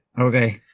Okay